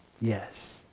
Yes